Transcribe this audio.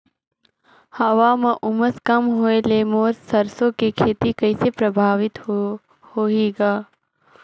हवा म उमस कम होए ले मोर सरसो के खेती कइसे प्रभावित होही ग?